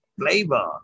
flavor